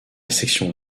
section